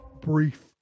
brief